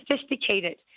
sophisticated